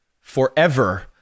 forever